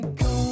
go